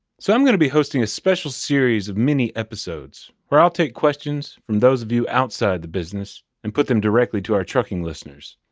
so i'm going to be hosting a special series of mini-episodes where i'll take questions from those of you outside the business and put them directly to our trucking listeners.